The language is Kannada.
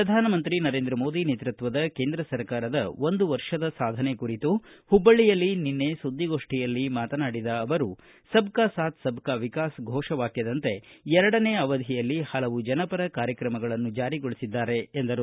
ಪ್ರಧಾನಿ ನರೇಂದ್ರ ಮೋದಿ ನೇತೃತ್ವದ ಕೇಂದ್ರ ಸರ್ಕಾರದ ಒಂದು ವರ್ಷದ ಸಾಧನೆ ಕುರಿತು ಹುಬ್ಬಳ್ಳಿಯಲ್ಲಿ ನಿನ್ನೆ ಸುದ್ದಿಗೋಷ್ಟಿಯಲ್ಲಿ ಮಾತನಾಡಿದ ಅವರು ಸಬ್ ಕಾ ಸಾತ್ ಸಬ್ ಕಾ ವಿಕಾಸ್ ಫೋಷವಾಖ್ಯದಂತೆ ಎರಡನೇ ಅವಧಿಯಲ್ಲಿ ಹಲವು ಜನಪರ ಕಾರ್ಯಕ್ರಮಗಳನ್ನು ಜಾರಿಗೊಳಿಸಿದ್ದಾರೆ ಎಂದರು